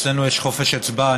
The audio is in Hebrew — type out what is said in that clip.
אצלנו יש חופש הצבעה.